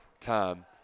time